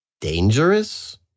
dangerous